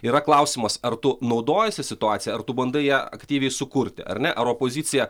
yra klausimas ar tu naudojiesi situacija ar tu bandai ją aktyviai sukurti ar ne ar opozicija